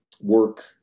work